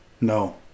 No